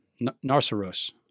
Narceros